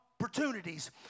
opportunities